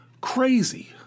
Crazy